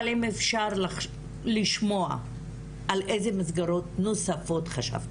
אבל האם אפשר לשמוע על אילו מסגרות נוספות חשבתם,